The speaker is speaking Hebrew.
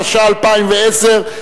התשע"א 2010,